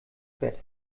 bett